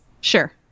sure